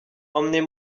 emmenez